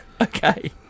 Okay